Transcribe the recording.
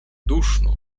duszno